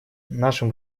нашим